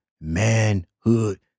manhood